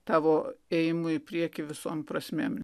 tavo ėjimu į priekį visom prasmėm